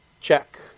check